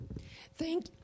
Thank